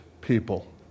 people